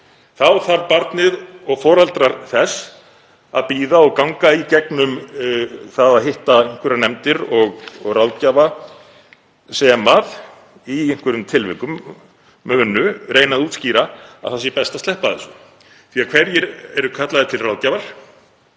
þurfa barnið og foreldrar þess að bíða og ganga í gegnum það að hitta einhverjar nefndir og ráðgjafa sem í einhverjum tilvikum munu reyna að útskýra að það sé best að sleppa þessu, því að hverjir eru kallaðir til ráðgjafar